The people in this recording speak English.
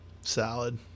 Salad